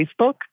Facebook